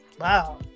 Wow